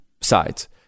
sides